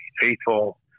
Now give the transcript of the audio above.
faithful